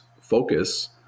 focus